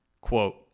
quote